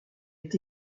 est